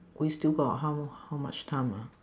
we still got how how much time ah